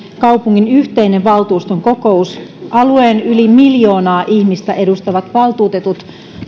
kaupungin yhteinen valtuuston kokous alueen yli miljoonaa ihmistä edustavat valtuutetut